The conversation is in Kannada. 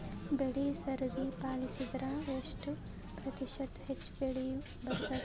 ಬೆಳಿ ಸರದಿ ಪಾಲಸಿದರ ಎಷ್ಟ ಪ್ರತಿಶತ ಹೆಚ್ಚ ಬೆಳಿ ಬರತದ?